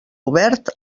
obert